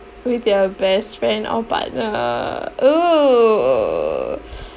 with your best friend or partner oo